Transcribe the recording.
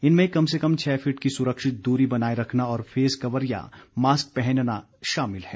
इनमें कम से कम छह फीट की सुरक्षित दूरी बनाए रखना और फेस कवर या मास्क पहनना शामिल है